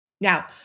Now